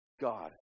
God